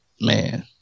man